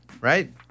right